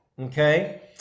Okay